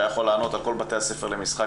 והיו עונים על כל בתי הספר למשחק.